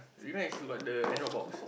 Remax got the Android box